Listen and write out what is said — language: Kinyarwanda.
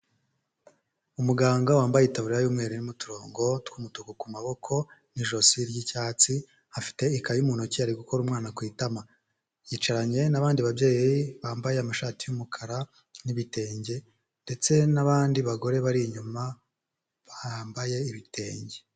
Umuganga wambaye itaburiya y'umweru n'uturongo tw'umutuku ku maboko n'ijosi ry'icyatsi, afite ikayi mu ntoki ari gukora umwana ku itama yicaranye n'abandi babyeyi bambaye amashati y'umukara n'ibitenge ndetse n'abandi bagore bari inyuma bambaye ibitenge.